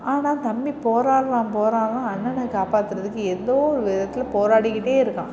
ஆனால் தம்பி போராடுறான் போராடுறான் அண்ணனை காப்பாற்றுறதுக்கு எதோ ஒரு விதத்தில் போராடிகிட்டே இருக்கான்